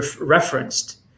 referenced